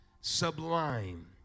sublime